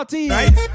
Right